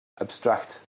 abstract